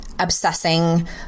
obsessing